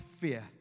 fear